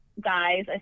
guys